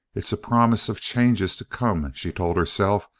it's a promise of changes to come, she told herself.